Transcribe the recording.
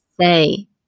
say